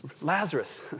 Lazarus